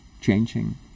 changing